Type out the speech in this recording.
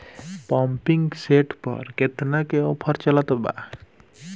Pumping set पर केतना के ऑफर चलत बा?